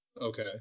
Okay